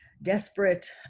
desperate